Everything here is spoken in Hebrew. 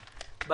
החקירה.